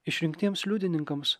išrinktiems liudininkams